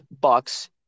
Bucks